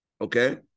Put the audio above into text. Okay